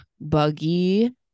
buggy